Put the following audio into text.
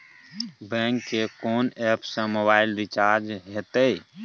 Bank के कोन app से मोबाइल रिचार्ज हेते?